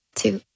two